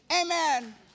Amen